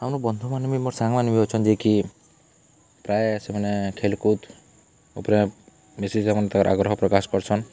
ଆମ ବନ୍ଧୁମାନେ ବି ମୋର ସାଙ୍ଗମାନେ ବି ଅଛନ୍ତି ଯେଏକି ପ୍ରାୟ ସେମାନେ ଖେଲକୁଦ ଉପରେ ବେଶୀ ସେମାନେ ତାଙ୍କର ଆଗ୍ରହ ପ୍ରକାଶ କରୁଛନ୍ତି